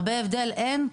הרבה הבדל אין,